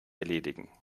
erledigen